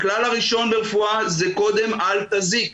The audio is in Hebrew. הכלל הראשון ברפואה זה קודם אל תזיק.